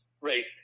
Right